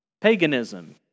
paganism